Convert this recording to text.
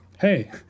hey